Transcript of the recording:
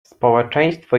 społeczeństwo